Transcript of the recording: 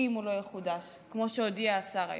אם הוא לא יחודש, כמו שהודיע השר היום.